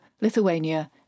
Lithuania